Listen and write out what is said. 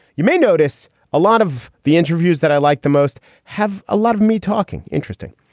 you may notice a lot of the interviews that i like the most have a lot of me talking. interesting.